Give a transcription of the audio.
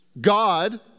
God